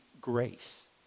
Grace